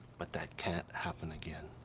but that can't happen again.